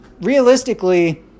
realistically